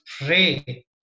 pray